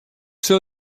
sil